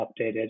updated